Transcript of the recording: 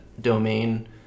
domain